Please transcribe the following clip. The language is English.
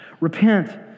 repent